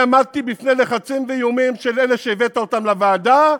עמדתי בפני לחצים ואיומים של אלה שהבאת אותם לוועדה,